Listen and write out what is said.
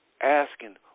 asking